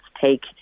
take